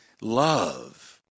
love